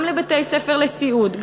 גם לבתי-ספר לסיעוד,